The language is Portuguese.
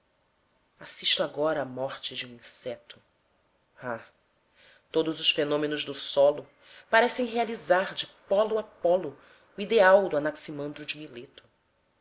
assisto agora à morte de um inseto ah todos os fenômenos do solo parecem realizar de pólo a pólo o ideal do anaximandro de mileto